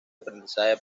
aprendizaje